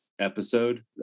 episode